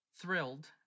thrilled